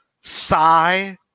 sigh